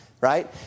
right